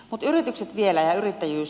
mutta yritykset vielä ja yrittäjyys